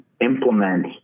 implement